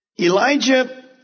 Elijah